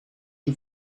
you